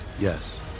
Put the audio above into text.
Yes